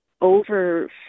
over